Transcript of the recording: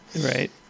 Right